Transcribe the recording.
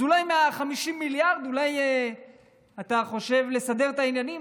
אז אולי מה-50 מיליארד אתה חושב לסדר את העניינים,